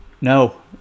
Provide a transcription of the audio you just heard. No